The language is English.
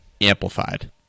amplified